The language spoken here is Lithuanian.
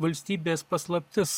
valstybės paslaptis